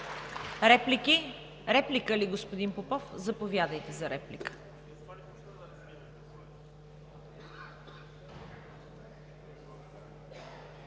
Реплика? Реплика ли, господин Попов? Заповядайте, за реплика.